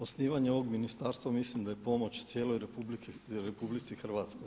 Osnivanje ovog ministarstva mislim da je pomoć cijeloj RH.